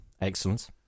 Excellent